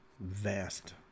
vast